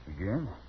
Again